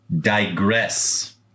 Digress